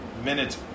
Minutes